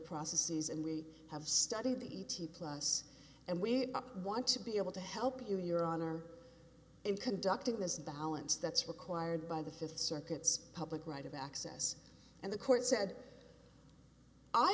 processes and we have studied the e t plus and we want to be able to help you your honor in conducting this balance that's required by the fifth circuit's public right of access and the court said i